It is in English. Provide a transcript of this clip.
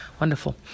Wonderful